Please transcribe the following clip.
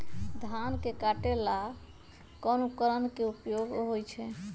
धान के काटे का ला कोंन उपकरण के उपयोग होइ छइ?